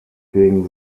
gegen